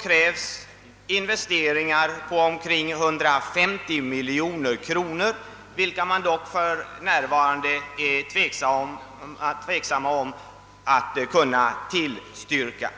krävs investeringar på omkring 150 miljoner kronor, vilka man dock för närvarande är tveksam om att tillstyrka.